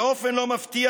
באופן לא מפתיע,